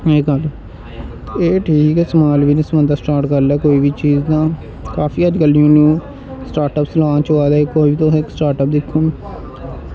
एह् गल्ल एह् ठीक ऐ समाल बिजनस बंदा स्टार्ट करी लै कोई बी चीज तां काफी अजकल स्टार्टअप लांच होआ दे कि किश इक स्टार्टअप दिक्खो